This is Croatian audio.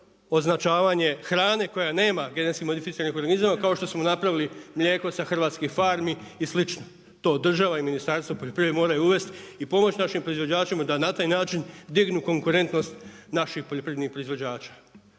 označavanje hrane koja nema GMO-a kao što smo napravili mlijeko sa hrvatskih farmi i slično. To država i Ministarstvo poljoprivrede moraju uvesti i pomoći našim proizvođačima da na taj način dignu konkurentnost naših poljoprivrednih proizvođača.